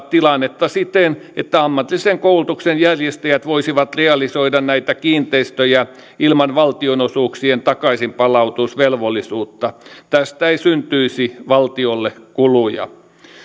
tilannetta siten että ammatillisen koulutuksen järjestäjät voisivat realisoida näitä kiinteistöjä ilman valtionosuuksien takaisinpalautusvelvollisuutta tästä ei syntyisi valtiolle kuluja